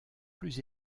plus